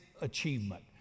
achievement